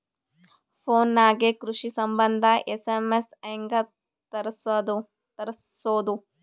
Phone ನಾಗೆ ಕೃಷಿ ಸಂಬಂಧ ಎಸ್.ಎಮ್.ಎಸ್ ಹೆಂಗ ತರಸೊದ?